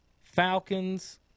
Falcons